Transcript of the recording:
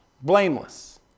blameless